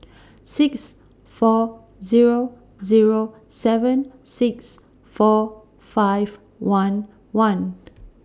six four Zero Zero seven six four five one one